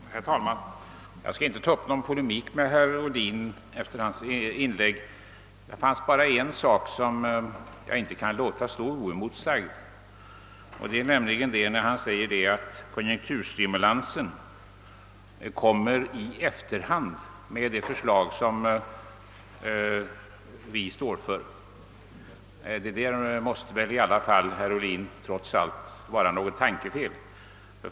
Herr tålman! Jag skall inte ta upp någon polemik mot herr Ohlin efter hans inlägg. Det fanns bara en passus däri som jag inte kan låta stå oemotsagd, nämligen hans uttalande om att konjunkturstimulansen kommer i efterhand vid genomförande av det förslag vi står för. Det uttalandet måste väl i alla fall innebära, att herr Ohlin gör sig skyldig till något tankefel.